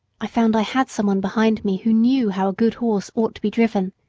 i found i had some one behind me who knew how a good horse ought to be driven.